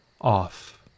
off